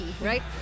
right